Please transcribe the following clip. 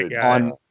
On